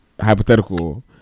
hypothetical